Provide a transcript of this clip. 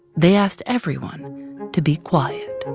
they asked everyone to be quiet